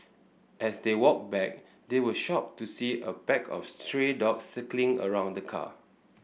as they walked back they were shocked to see a pack of stray dogs around the car